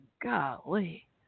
Golly